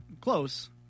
Close